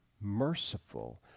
merciful